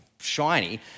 shiny